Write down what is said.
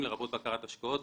לרבות בקרת השקעות,